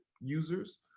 users